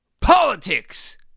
Politics